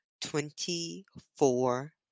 twenty-four